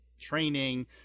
training